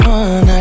one